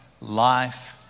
life